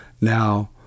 Now